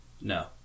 No